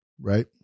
right